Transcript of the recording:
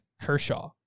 Kershaw